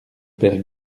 père